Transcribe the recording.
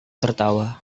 tertawa